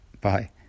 Bye